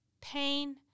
pain